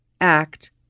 act